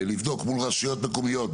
לבדוק מול רשויות מקומיות,